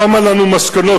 שמה לנו מסקנות,